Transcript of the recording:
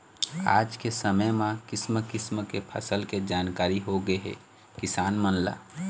आज के समे म किसम किसम के फसल के जानकारी होगे हे किसान मन ल